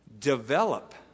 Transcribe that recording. develop